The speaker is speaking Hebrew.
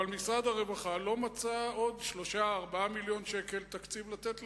אבל משרד הרווחה לא מצא עוד 3 4 מיליוני ש"ח תקציב לתת להם.